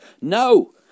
No